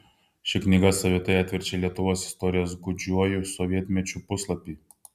ši knyga savitai atverčia lietuvos istorijos gūdžiuoju sovietmečiu puslapį